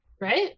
Right